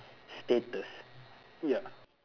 status ya